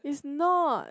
is not